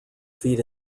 feet